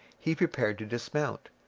he prepared to dismount.